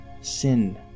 sin